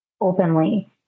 openly